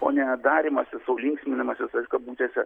o ne darymasis sau linksminimasis ir kabutėse